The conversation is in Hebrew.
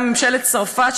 לאחר פנייה של ממשלת צרפת,